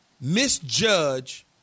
Misjudge